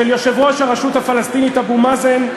של יושב-ראש הרשות הפלסטינית אבו מאזן,